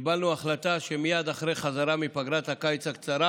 קיבלנו החלטה שמייד אחרי החזרה מפגרת הקיץ הקצרה